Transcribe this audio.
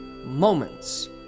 Moments